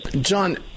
John